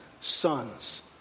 sons